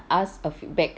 asked a feedback